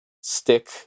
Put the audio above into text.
stick